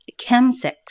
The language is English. chemsex